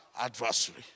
adversary